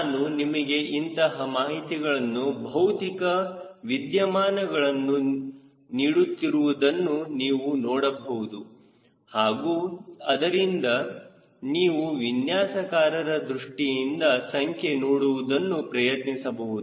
ನಾನು ನಿಮಗೆ ಇಂತಹ ಮಾಹಿತಿಗಳನ್ನು ಭೌತಿಕ ವಿದ್ಯಮಾನಗಳನ್ನು ನೀಡುತ್ತಿರುವುದನ್ನು ನೀವು ನೋಡಬಹುದು ಹಾಗೂ ಅದರಿಂದ ನೀವು ವಿನ್ಯಾಸಕಾರರ ದೃಷ್ಟಿಯಿಂದ ಸಂಖ್ಯೆ ನೋಡುವುದನ್ನು ಪ್ರಯತ್ನಿಸಬಹುದು